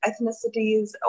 ethnicities